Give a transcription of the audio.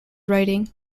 writing